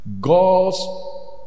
God's